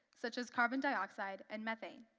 such as carbon dioxide and methane.